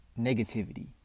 negativity